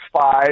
five